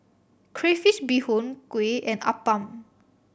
crayfish beehoon kuih and appam